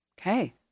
Okay